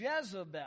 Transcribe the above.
Jezebel